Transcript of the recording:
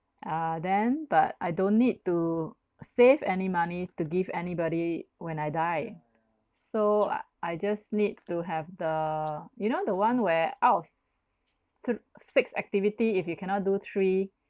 uh then but I don't need to save any money to give anybody when I die so uh I just need to have the you know the one where out of s~ thr~ six activity if you cannot do three